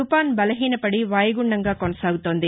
తుపాన్ బలహీనపడి వాయుగుండంగా కొనసాగుతోంది